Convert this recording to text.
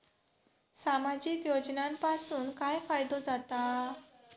सामाजिक योजनांपासून काय फायदो जाता?